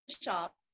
shop